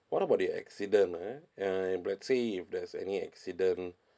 what about the accident ah um let's say if there's any accident